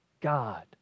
God